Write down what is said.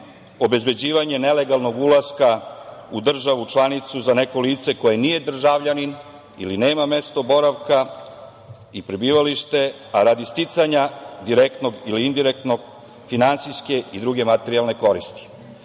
obezbeđivanje nelegalnog ulaska u državu članicu za neko lice koje nije državljanin, ili nema mesto boravka i prebivalište, a radi sticanja direktne ili indirektne finansijske ili druge materijalne koristi. Naravno,